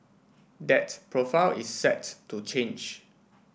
that profile is set to change